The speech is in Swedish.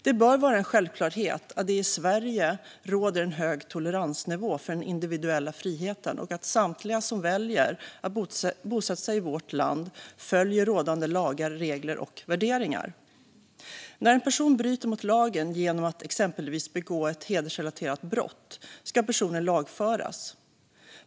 Det bör vara en självklarhet att det i Sverige råder en hög toleransnivå för den individuella friheten och att samtliga som väljer att bosätta sig i vårt land följer rådande lagar, regler och värderingar. När en person bryter mot lagen genom att exempelvis begå ett hedersrelaterat brott ska personen lagföras.